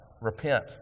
Repent